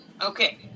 okay